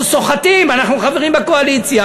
אנחנו סוחטים, אנחנו חברים בקואליציה.